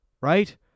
right